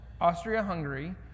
Austria-Hungary